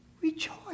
rejoice